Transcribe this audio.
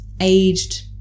aged